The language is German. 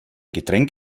getränk